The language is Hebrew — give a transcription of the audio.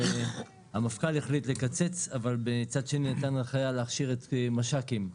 המפכ"ל החליט לקצץ אבל מצד שני נתן הנחיה להכשיר מש"קים,